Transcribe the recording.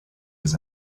his